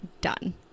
done